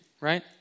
right